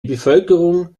bevölkerung